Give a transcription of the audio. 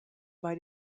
bei